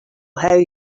how